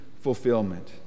fulfillment